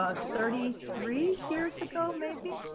ah thirty three years ago maybe?